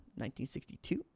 1962